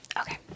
Okay